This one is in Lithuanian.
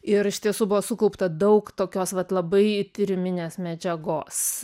ir iš tiesų buvo sukaupta daug tokios vat labai tyriminės medžiagos